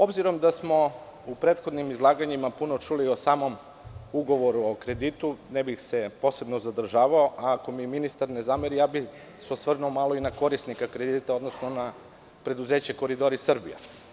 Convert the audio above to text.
Obzirom da smo u prethodim izlaganjima puno čuli o samom ugovoru o kreditu, ne bih se posebno zadržava, a ako mi ministar ne zameri, osvrnuo bih se na korisnika kredita, odnosno na preduzeće „Koridori Srbija“